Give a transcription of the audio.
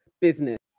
Business